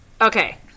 Okay